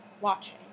watching